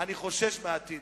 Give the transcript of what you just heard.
אני חושש מהעתיד.